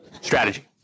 Strategy